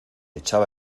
echaba